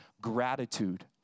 gratitude